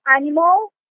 animal